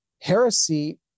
heresy